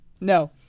No